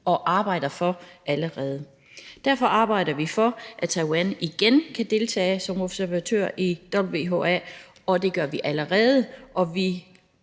og arbejder for allerede. Derfor arbejder vi for, at Taiwan igen kan deltage som observatør i WHA, og det gør vi allerede, og vi